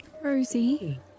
Rosie